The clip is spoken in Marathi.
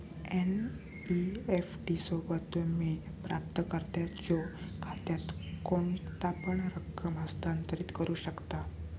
एन.इ.एफ.टी सोबत, तुम्ही प्राप्तकर्त्याच्यो खात्यात कोणतापण रक्कम हस्तांतरित करू शकता